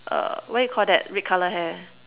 err what you Call that red colour hair